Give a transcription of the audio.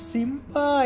Simba